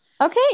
Okay